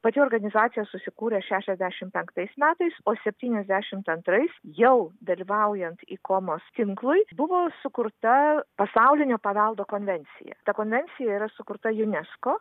pati organizacija susikūrė šešiasdešimt penktais metais o septyniasdešimt antrais jau dalyvaujant ikomos tinklui buvo sukurta pasaulinio paveldo konvencija ta konvencija yra sukurta unesco